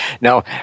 Now